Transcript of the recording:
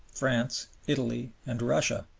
france, italy, and russia,